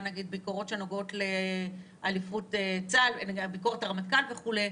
ביקורות שנוגעות לביקורת הרמטכ"ל וכו'.